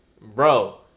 bro